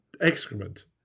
Excrement